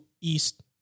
East